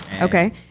Okay